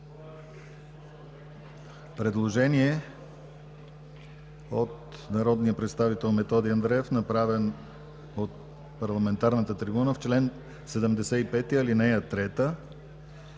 предложение от народния представител Методи Андреев, направено от парламентарната трибуна – чл. 75, ал. 3 да